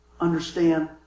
understand